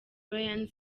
iain